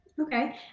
Okay